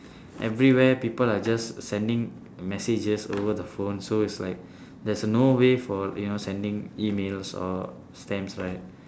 everywhere people are just sending messages over the phone so it's like there's a no way for you know sending emails or stamps right